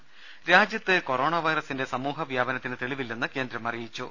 there രാജ്യത്ത് corona വൈറസിന്റെ സമൂഹ വ്യാപനത്തിന് തെളിവില്ലെന്ന് കേന്ദ്രം അറിയിച്ചു